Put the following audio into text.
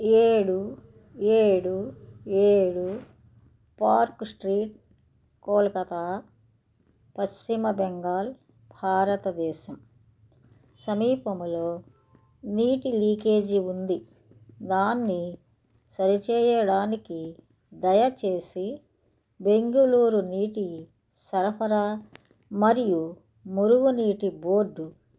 ఏడు ఏడు ఏడు పార్క్ స్ట్రీట్ కోల్కతా పశ్చిమ బెంగాల్ భారతదేశం సమీపములో నీటి లీకేజీ ఉంది దాన్ని సరి చేయడానికి దయచేసి బెంగుళూరు నీటి సరఫరా మరియు మురుగునీటి బోర్డు